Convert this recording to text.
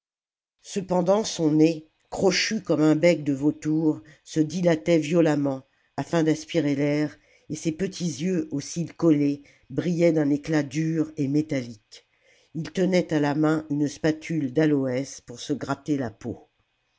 cependant son nez crochu comme un bec de vautour se dilatait violemment afin d'aspirer l'air et ses petits yeux aux cils collés brillaient d'un éclat dur et métalhque ii tenait à la main une spatule d'aloès pour se gratter la peau